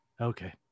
Okay